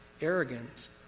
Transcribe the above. arrogance